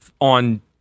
on